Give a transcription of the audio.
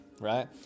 right